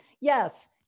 yes